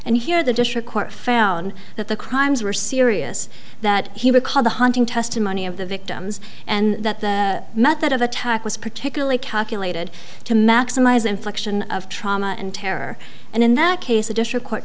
and here the district court found that the crimes were serious that he would call the hunting testimony of the victims and that the method of attack was particularly calculated to maximize infliction of trauma and terror and in that case a district court